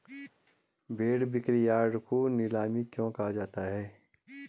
भेड़ बिक्रीयार्ड को नीलामी क्यों कहा जाता है?